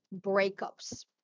breakups